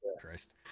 Christ